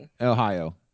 Ohio